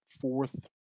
fourth